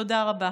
תודה רבה.